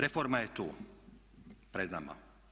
Reforma je tu pred nama.